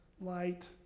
light